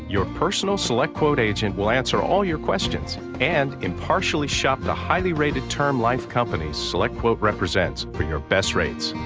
your personal selectquote agent will answer all your questions and impartially shop the highly rated term life companies selectquote represents for your best rates.